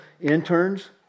interns